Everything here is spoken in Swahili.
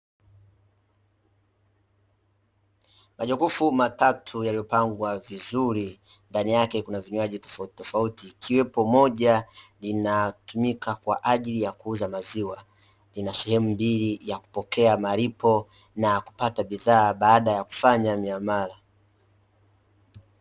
Majokofu matatu yaliyopangwa vizuri na ndani yake kuna vinywaji tofautitofauti; ikiwepo moja linatumika kwa ajili ya kuuza maziwa. Ina sehemu mbili ya kupokea malipo na kupata bidhaa baada ya kufanya miamala.